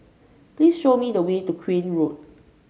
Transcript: please show me the way to Crane Road